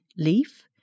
leaf